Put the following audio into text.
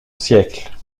siècle